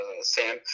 Sam